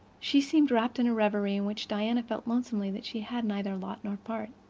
she seemed wrapped in a reverie in which diana felt lonesomely that she had neither lot nor part.